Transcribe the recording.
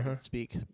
speak